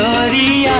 body